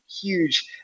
huge